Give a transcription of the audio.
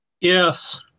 Yes